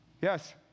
Yes